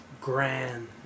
Grand